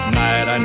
night